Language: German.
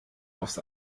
aufs